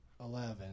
eleven